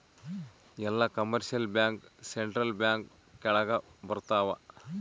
ಎಲ್ಲ commercial bank central bank ಕೆಳಗ ಬರತಾವ